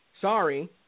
Sorry